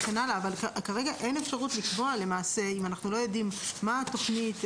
אבל כרגע אין אפשרות לקבוע אם אנחנו לא יודעים מה התכנית,